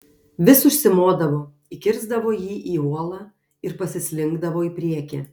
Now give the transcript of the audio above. vis užsimodavo įkirsdavo jį į uolą ir pasislinkdavo į priekį